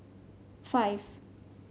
five